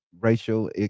racial